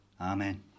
Amen